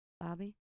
Bobby